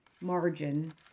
Margin